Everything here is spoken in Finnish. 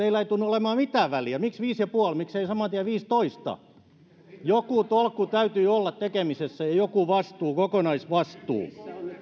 ei tunnu olevan mitään väliä miksi viisi ja puoli miksei saman tien viisitoista joku tolkku täytyy olla tekemisessä ja joku vastuu kokonaisvastuu